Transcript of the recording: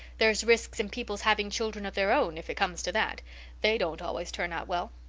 there's risks in people's having children of their own if it comes to that they don't always turn out well.